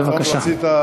בבקשה.